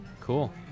Cool